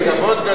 זה כבוד גדול